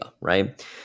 right